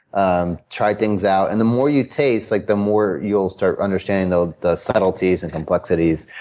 um try things out. and the more you taste, like the more you'll start understanding the the subtleties and complexities.